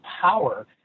power